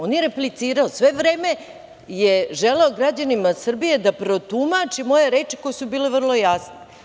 On je replicirao, sve vreme je želeo građanima Srbije da protumači moje reči koje su bile vrlo jasne.